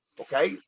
Okay